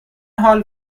حال